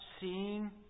seeing